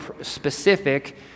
specific